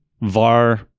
VAR